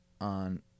on